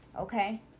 okay